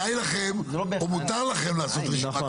אני גם לא בטוח שכדאי לכם או מותר לכם לעשות רשימה כזאת,